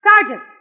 Sergeant